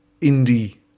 indie